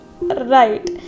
Right